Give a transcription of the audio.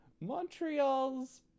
Montreal's